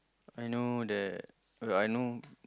I know that uh I know